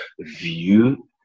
view